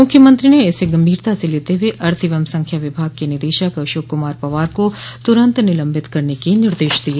मुख्यमंत्री ने इसे गम्भीरता से लेते हुए अर्थ एवं संख्या विभाग के निदेशक अशोक कुमार पवार को तुरन्त निलम्बित करने के निर्देश दिए